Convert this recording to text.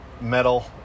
metal